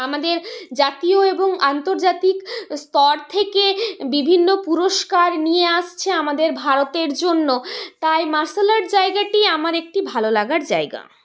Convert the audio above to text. আমাদের জাতীয় এবং আন্তর্জাতিক স্তর থেকে বিভিন্ন পুরস্কার নিয়ে আসছে আমাদের ভারতের জন্য তাই মার্শাল আর্ট জায়গাটি আমার একটি ভালোলাগার জায়গা